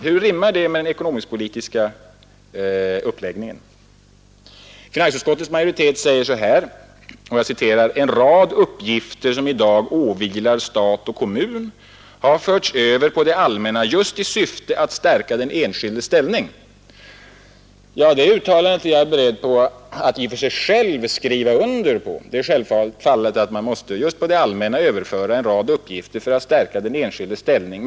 Hur rimmar det med den ekonomisk-politiska uppläggningen? Finansutskottets majoritet säger att ”en rad uppgifter som i dag åvilar stat och kommun har förts över på det allmänna just i syfte att stärka den enskildes ställning”. Det uttalandet är jag beredd att skriva under. Självfallet måste man just på det allmänna överföra en rad uppgifter för att stärka den enskildes ställning.